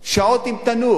שעות עם תנור.